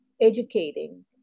educating